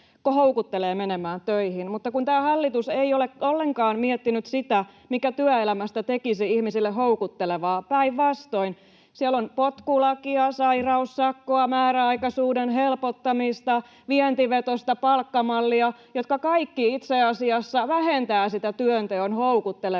houkuttelee menemään töihin. Mutta tämä hallitus ei ole ollenkaan miettinyt sitä, mikä työelämästä tekisi ihmisille houkuttelevaa, päinvastoin: siellä on potkulakia, sairaussakkoa, määräaikaisuuden helpottamista, vientivetoista palkkamallia, jotka kaikki itse asiassa vähentävät sitä työnteon houkuttelevuutta,